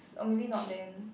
or maybe not then